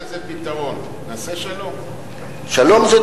יש לזה פתרון, נעשה שלום.